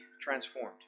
transformed